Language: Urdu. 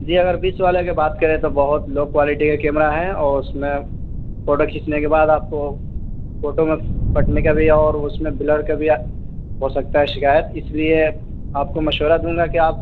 جی اگر بیس والے کا بات کریں تو بہت لو کوالیٹی کیمرہ ہے اور اس میں فوٹو کھینچنے کے بعد آپ کو فوٹو میں فٹنے کا بھی اور اس میں بلر کا بھی ہو سکتا ہے شکایت اس لیے آپ کو مشورہ دوں گا کہ آپ